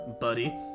buddy